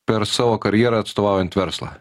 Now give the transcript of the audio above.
per savo karjerą atstovaujant verslą